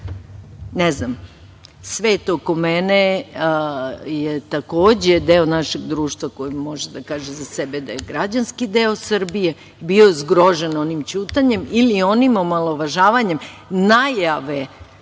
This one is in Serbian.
ćutao. Svet oko mene je takođe deo našeg društva koji može da kaže za sebe da je građanski deo Srbije bio zgrožen onim ćutanjem ili onim omalovažavanjem najave